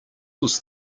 was